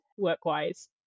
work-wise